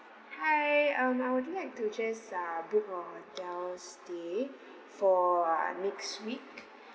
hi um I would like to just uh book a hotel stay for ah next week